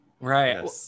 right